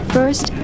First